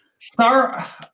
Star